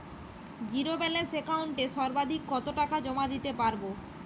Zero balance একাউন্টে সর্বাধিক কত টাকা জমা দিতে পারব?